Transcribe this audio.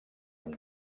amb